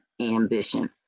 ambition